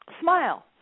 Smile